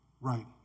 right